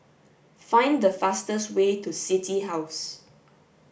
find the fastest way to City House